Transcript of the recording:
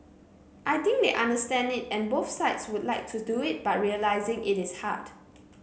I think they understand it and both sides would like to do it but realising it is hard